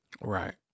Right